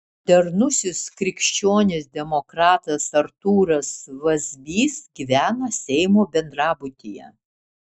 modernusis krikščionis demokratas artūras vazbys gyvena seimo bendrabutyje